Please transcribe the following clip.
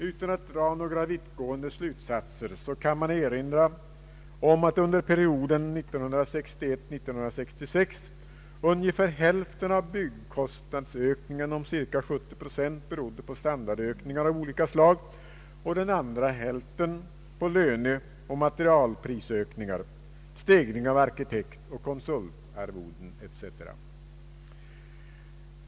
Utan att dra några vittgående slutsatser kan man erinra om att under perioden 1961— 1966 ungefär hälften av byggkostnadsökningen om cirka 70 procent berodde på standardökningar av olika slag och den andra hälften på löneoch materialprisökningar, stegring av arkitektoch konsultarvoden etc.